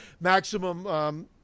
maximum